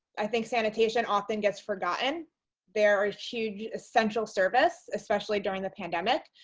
i think sanitation often gets forgotten there a huge essential service, especially during the pandemic.